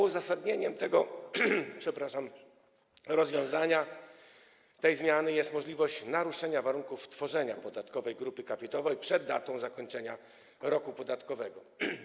Uzasadnieniem tego rozwiązania, tej zmiany jest możliwość naruszenia warunków tworzenia podatkowej grupy kapitałowej przed datą zakończenia roku podatkowego.